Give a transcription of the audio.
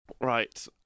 Right